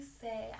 say